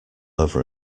over